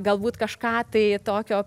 galbūt kažką tai tokio